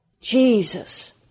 Jesus